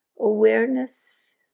Awareness